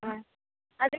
ആ അത്